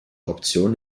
option